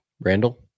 Randall